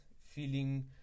feeling